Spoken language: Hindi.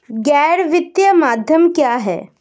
गैर वित्तीय मध्यस्थ क्या हैं?